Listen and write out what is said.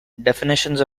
definitions